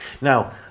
now